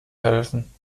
helfen